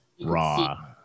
raw